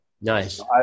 Nice